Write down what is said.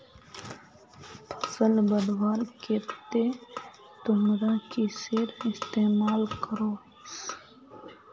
फसल बढ़वार केते तुमरा किसेर इस्तेमाल करोहिस?